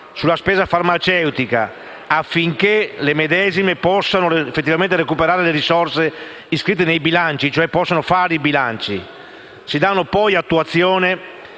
della spesa farmaceutica, affinché le medesime possano effettivamente recuperare le risorse iscritte nei bilanci (e quindi possano redigere i bilanci). Si dà poi attuazione